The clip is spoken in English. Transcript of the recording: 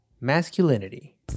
Masculinity